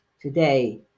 today